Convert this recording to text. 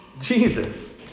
jesus